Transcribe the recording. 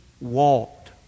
walked